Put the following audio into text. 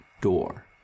door